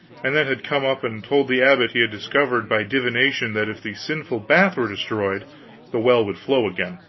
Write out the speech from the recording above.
and then had come up and told the abbot he had discovered by divination that if the sinful bath were destroyed the well would flow again.